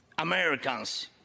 Americans